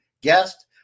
guest